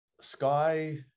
sky